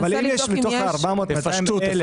אבל אם יש מתוך ה-400,000 --- תפשטו,